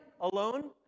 alone